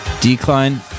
decline